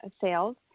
sales